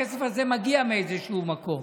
הכסף הזה מגיע מאיזשהו מקום.